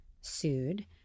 sued